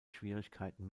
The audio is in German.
schwierigkeiten